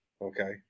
okay